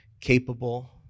capable